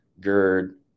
GERD